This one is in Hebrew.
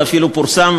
זה אפילו פורסם,